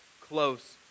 close